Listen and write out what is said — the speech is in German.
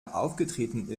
aufgetreten